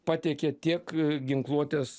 pateikė tiek ginkluotės